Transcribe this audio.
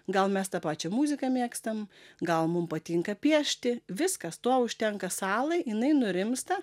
gal mes tą pačią muziką mėgstam gal mum patinka piešti viskas to užtenka salai jinai nurimsta